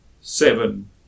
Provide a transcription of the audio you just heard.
seven